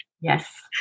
Yes